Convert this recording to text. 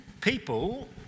People